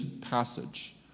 passage